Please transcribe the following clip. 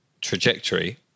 trajectory